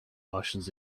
martians